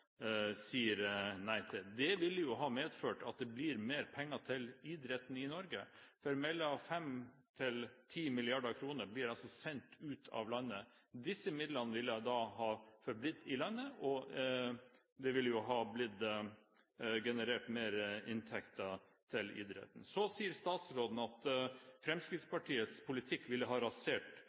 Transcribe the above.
sier nei til. Det ville jo ha medført at det blir mer penger til idretten i Norge. For 5–10 mrd. kr blir altså sendt ut av landet. Disse midlene ville da forblitt i landet, og det ville generert mer inntekter til idretten. Statsråden sier at Fremskrittspartiets politikk ville ha rasert